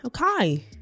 okay